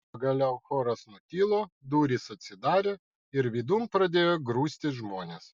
pagaliau choras nutilo durys atsidarė ir vidun pradėjo grūstis žmonės